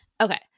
Okay